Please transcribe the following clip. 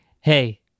hey